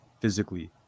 physically